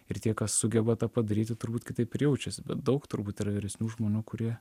ir tie kas sugeba tą padaryti turbūt kitaip ir jaučiasi daug turbūt yra vyresnių žmonių kurie